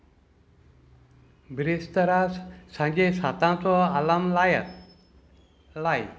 बिरेस्तरा सांजे सातांचो आलार्म लायात लाय